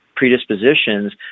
predispositions